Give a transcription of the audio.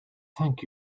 thank